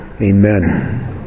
Amen